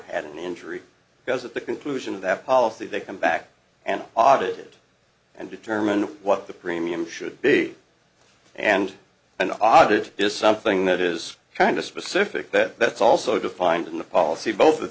had an injury because at the conclusion of that policy they come back and audit and determine what the premium should be and an audit is something that is kind of specific but that's also defined in the policy both of